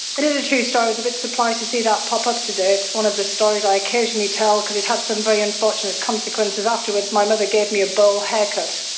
it is the true stars of it. surprised to see that pop up today. it's one of the stories i occasionally tell because he's had some very unfortunate consequences afterwards. my mother gave me a bowl haircut.